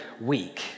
week